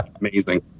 amazing